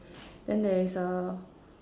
then there is a